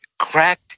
cracked